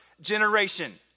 generation